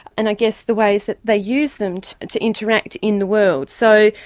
and i guess the ways that they use them to to interact in the world. so,